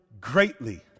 greatly